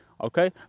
Okay